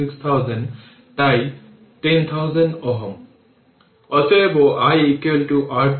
অতএব i r 20 by r 10000 ampere